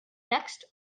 next